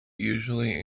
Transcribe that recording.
usually